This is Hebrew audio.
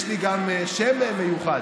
יש לי גם שם מיוחד,